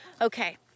Okay